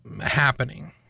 happening